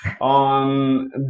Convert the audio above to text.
on